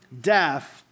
Death